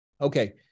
Okay